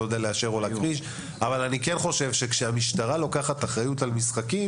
אבל אני כן חושב שכשהמשטרה לוקחת אחריות למשחקים